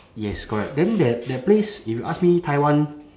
yes correct then there that place if you ask me taiwan